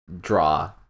draw